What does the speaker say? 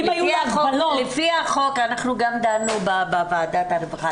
אם היו לו הגבלות --- אנחנו גם דנו בוועדת הרווחה.